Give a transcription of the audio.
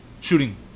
Shooting